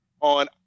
on